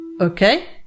okay